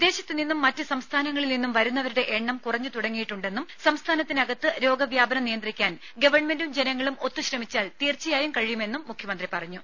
വിദേശത്ത് നിന്നും മറ്റു സംസ്ഥാനങ്ങളിൽ നിന്നും വരുന്നവരുടെ എണ്ണം കുറഞ്ഞു തുടങ്ങിയിട്ടുണ്ടെന്നും സംസ്ഥാനത്തിനകത്ത് രോഗവ്യാപനം നിയന്ത്രിക്കാൻ ഗവൺമെന്റും ജനങ്ങളും ഒത്തു ശ്രമിച്ചാൽ തീർച്ചയായും കഴിയുമെന്നും മുഖ്യമന്ത്രി പറഞ്ഞു